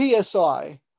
PSI